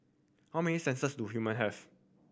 how many senses do human have